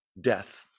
death